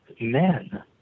men